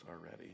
already